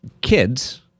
kids